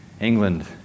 England